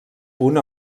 punt